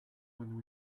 when